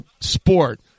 sport